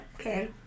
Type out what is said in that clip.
Okay